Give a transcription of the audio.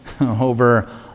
over